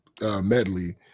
medley